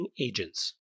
agents